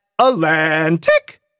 Atlantic